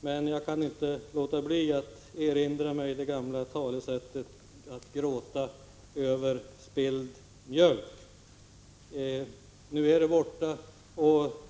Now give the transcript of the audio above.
Men jag kan inte låta bli att erinra mig det gamla talesättet att man inte skall gråta över spilld mjölk. Nu är anslaget borta.